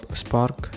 spark